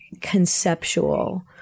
conceptual